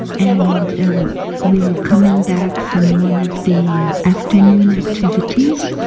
and we were coming back from one of the afternoon activities.